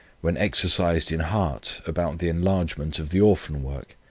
when exercised in heart about the enlargement of the orphan work,